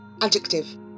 adjective